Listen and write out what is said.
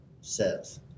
says